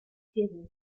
given